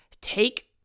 take